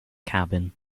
cabin